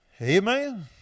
Amen